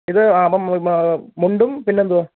ഇത് അപ്പം മുണ്ടും പിന്നെ എന്താണ്